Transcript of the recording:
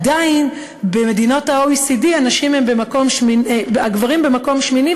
עדיין במדינות ה-OECD הגברים במקום שמיני